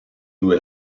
due